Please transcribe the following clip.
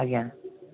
ଆଜ୍ଞା